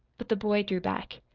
but the boy drew back.